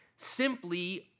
simply